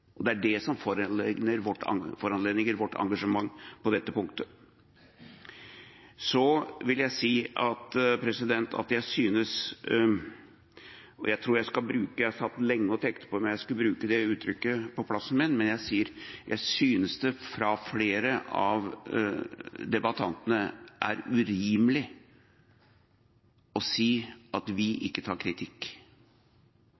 sammenhengen. Det er det som foranlediger vårt engasjement på dette punktet. Så vil jeg si at jeg synes – og jeg satt lenge på plassen min og tenkte på om jeg skulle bruke det uttrykket, men jeg sier – at det er urimelig å si at vi ikke tar kritikk,